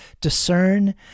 discern